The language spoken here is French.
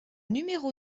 numéro